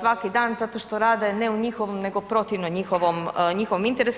svaki dan zato što rade ne u njihovom nego protivno njihovom interesu.